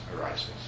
arises